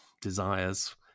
desires